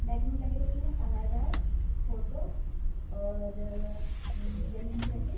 document लगेगा उसमें Aadhaar card photo और ज़मीन की रसीद